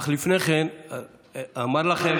אך לפני כן אומר לכם: